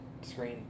screen